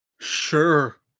Sure